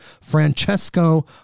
Francesco